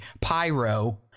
pyro